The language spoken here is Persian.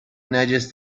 نجس